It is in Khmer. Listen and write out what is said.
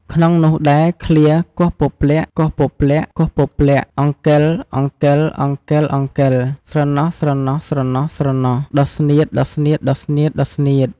ក្នុងនោះដែរឃ្លា «គោះពព្លាក់ៗៗ អង្កិលៗៗៗ ស្រណោះៗៗៗ ដុះស្នៀតៗៗៗ» ។